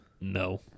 no